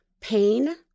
pain